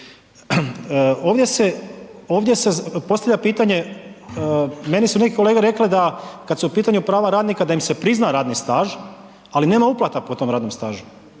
ovdje se postavlja pitanje, meni su neki kolege rekle da kad su u pitanju prava radnika da im se prizna radni staž, ali nema uplata po tom radnom stažu,